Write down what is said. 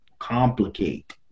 complicate